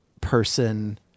person